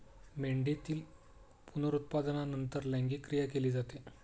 मेंढीतील पुनरुत्पादनानंतर लैंगिक क्रिया केली जाते